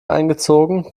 eingezogen